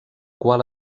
qual